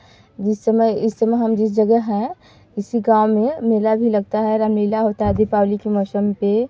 जिस समय इस समय हम जिस जगह हैं इसी गाँव में मेला भी लगता है रामलीला होता है दीपावली के मौसम पर